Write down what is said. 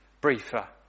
briefer